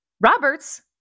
Roberts